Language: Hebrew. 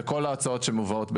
לכל ההצעות שמובאות יחד.